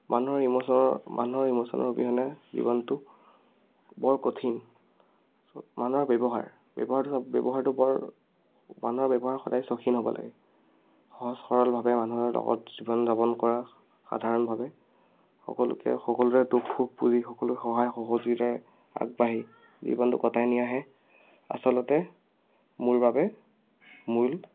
মানুহৰ ইম'ছনৰ মানুহৰ ইম'ছনৰ অবিহনে জীৱনটো বৰ কঠিন মানুহৰ ব্যৱহাৰ ব্যৱহাৰ ধৰক ব্যৱহাৰটো বৰ মানুহৰ ব্যৱহাৰ সদায় চৌখিন হ'ব লাগে সহজ সৰলভাৱে মানুহৰ লগত জীৱন যাপন কৰা সাধাৰণভাৱে সকলোকে সকলোৰে দুখ সুখ বুজি সকলো সহায় সহযোগিতাৰে আগবাঢ়ি জীৱনটো কটাই নিয়াহে আচলতে মোৰ বাবে মূল